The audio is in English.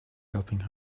helping